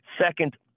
Second